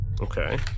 okay